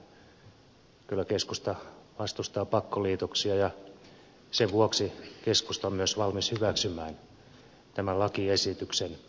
juuri näin kyllä keskusta vastustaa pakkoliitoksia ja sen vuoksi keskusta on myös valmis hyväksymään tämän lakiesityksen